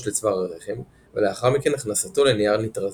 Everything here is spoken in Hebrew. לצוואר הרחם ולאחר מכן הכנסתו לנייר ניטרזין.